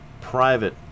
private